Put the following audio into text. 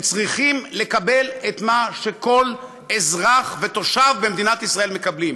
הם צריכים לקבל מה שכל אזרח ותושב במדינת ישראל מקבל.